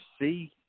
see